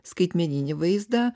skaitmeninį vaizdą